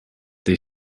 they